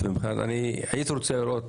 אלא לנסות